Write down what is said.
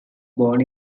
born